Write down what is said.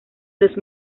los